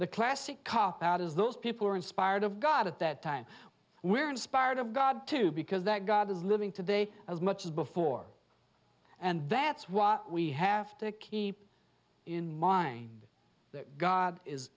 the classic copout is those people who are inspired of god at that time we are inspired of god too because that god is living today as much as before and that's what we have to keep in mind that god is